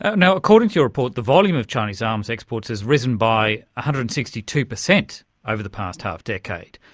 ah you know according to your report, the volume of chinese arms exports has risen by one hundred and sixty two percent over the past half-decade.